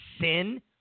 sin